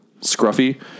scruffy